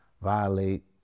violate